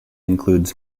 includes